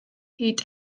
hyd